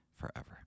forever